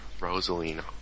Rosalina